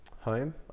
home